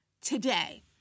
today